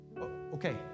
Okay